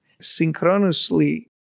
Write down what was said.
synchronously